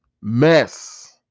mess